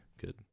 good